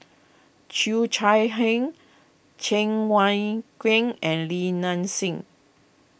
Cheo Chai Hiang Cheng Wai Keung and Li Nanxing